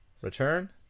Return